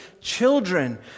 children